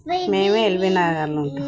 మేము ఎల్బి నగర్లో ఉంటాము